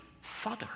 Father